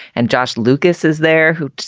and josh lucas is there who